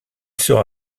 sera